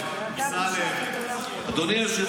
הוא ישב